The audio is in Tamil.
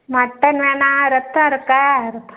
மட்டன் வேண்ணாம் இரத்தம் இருக்கா